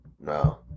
No